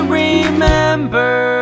remember